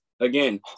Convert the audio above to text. again